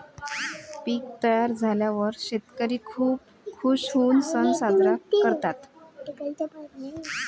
पीक तयार झाल्यावर शेतकरी खूप खूश होऊन सण साजरा करतात